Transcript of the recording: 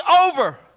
over